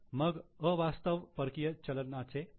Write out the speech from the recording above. मग अवास्तव परकीय चलनाचे तोटे